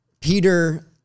Peter